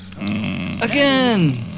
Again